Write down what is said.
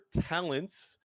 talents